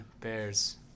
Bears